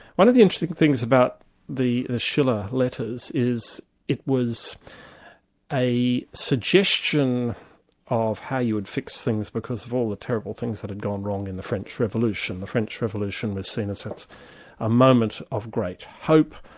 one of the interesting things about the the schiller letters is it was a suggestion of how you would fix things because of all the terrible things that had gone wrong in the french revolution. the french revolution was seen as a ah moment of great hope,